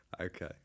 Okay